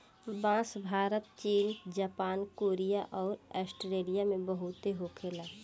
बांस भारत चीन Japan Korea अउर आस्ट्रेलिया में बहुते होखे ला